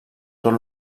tot